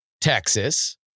Texas